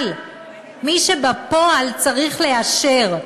אבל מי שבפועל צריכה לאשר,